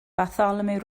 bartholomew